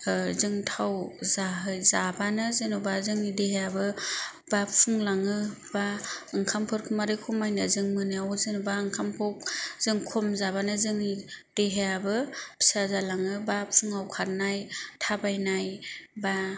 जों थाव जाबानो जेनेबा जोंनि देहायाबो बा फुंलाङो बा ओंखामफोरखौ माबोरै खमायनो मोनायाव जों जेनेबा जों खम जाबानो जोंनि देहायाबो फिसा जालाङो बा फुङाव खारनाय थाबायनाय बा